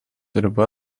riba